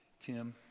Tim